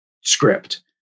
script